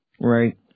Right